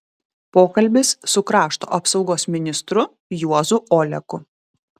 pokalbis su krašto apsaugos ministru juozu oleku